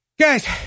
Guys